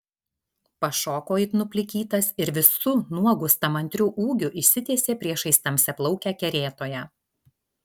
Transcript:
pašoko it nuplikytas ir visu nuogu stamantriu ūgiu išsitiesė priešais tamsiaplaukę kerėtoją